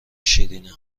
شیرینه